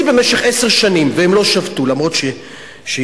במשך עשר שנים והם לא שבתו אף שיכלו.